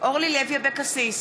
אורלי לוי אבקסיס,